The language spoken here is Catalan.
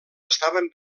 estaven